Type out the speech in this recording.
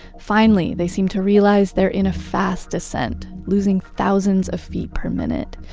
finally, they seem to realize they're in a fast descent. losing thousands of feet per minute.